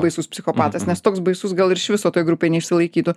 baisus psichopatas nes toks baisus iš viso toj grupėj neišsilaikytų